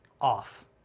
off